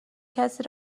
کسی